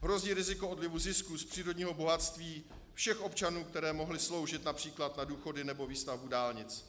Hrozí riziko odlivu zisků z přírodního bohatství všech občanů, které mohly sloužit například na důchody nebo výstavbu dálnic.